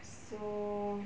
so